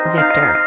Victor